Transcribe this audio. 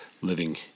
living